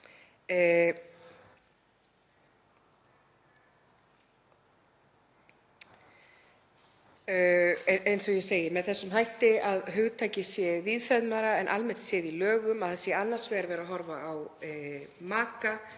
eins og ég segi, með þessum hætti að hugtakið sé víðfeðmara en almennt séð í lögum, að það sé annars vegar verið að horfa á maka,